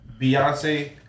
Beyonce